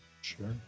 Sure